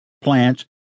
plants